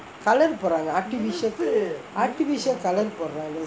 colour போடறாங்கே:podraangae artificial colour போடறாங்கே:podraangae